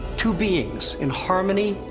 two beings in harmony,